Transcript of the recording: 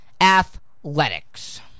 athletics